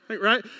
right